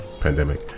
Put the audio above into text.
pandemic